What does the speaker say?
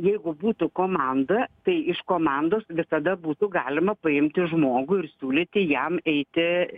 jeigu būtų komanda tai iš komandos visada būtų galima paimti žmogų ir siūlyti jam eiti